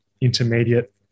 intermediate